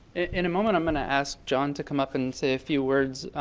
in a moment, i'm going to ask john to come up and say a few words,